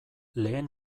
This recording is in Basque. lehen